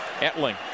Etling